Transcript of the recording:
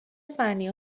فنی